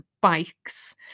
bikes